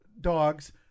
dogs